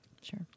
Sure